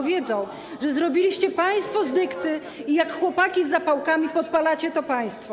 Bo wiedzą, że zrobiliście państwo z dykty i jak chłopaki z zapałkami podpalacie to państwo.